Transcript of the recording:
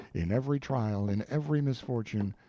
in every trial, in every misfortune,